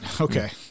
Okay